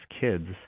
kids